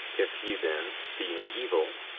if ye then, being evil,